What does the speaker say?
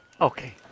Okay